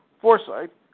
Foresight